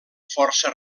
força